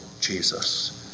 Jesus